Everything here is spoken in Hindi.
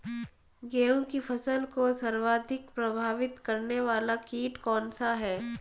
गेहूँ की फसल को सर्वाधिक प्रभावित करने वाला कीट कौनसा है?